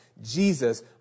Jesus